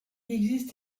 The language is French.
existe